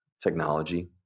technology